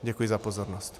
Děkuji za pozornost.